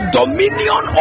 dominion